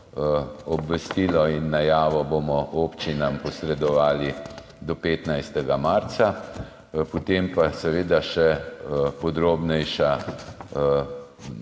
obvestilo in najavo bomo občinam posredovali do 15. marca, potem pa seveda še podrobnejša